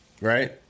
right